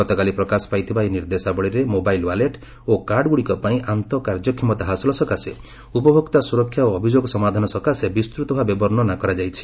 ଗତକାଲି ପ୍ରକାଶ ପାଇଥିବା ଏହି ନିର୍ଦ୍ଦେଶାବଳୀରେ ମୋବାଇଲ୍ ୱାଲେଟ୍ ଓ କାର୍ଡ଼ଗୁଡ଼ିକପାଇଁ ଆନ୍ତଃ କାର୍ଯ୍ୟକ୍ଷମତା ହାସଲ ସକାଶେ ଉପଭୋକ୍ତା ସୁରକ୍ଷା ଓ ଅଭିଯୋଗ ସମାଧାନ ସକାଶେ ବିସ୍ଚତ ଭାବେ ବର୍ଷ୍ଣନା କରାଯାଇଛି